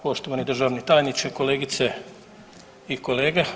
Poštovani državni tajniče, kolegice i kolega.